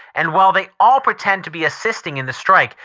and while they all pretend to be assisting in the strike,